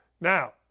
Now